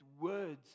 words